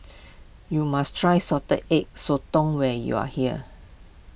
you must try Salted Egg Sotong when you are here